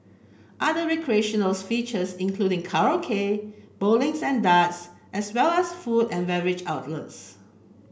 other recreational features include karaoke bowling and darts as well as food and beverage outlets